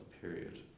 period